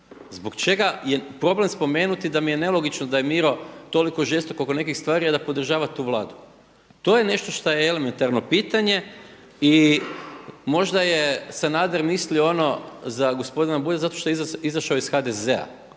Zbog čega je problem spomenuti da mi je nelogično da je Miro toliko žestoko oko nekih stvari, a da podržava tu Vladu. To je nešto što je elementarno pitanje i možda je Sanader mislio ono za gospodina Bulja zato što je izašao iz HDZ-a,